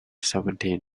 seventeen